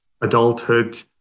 adulthood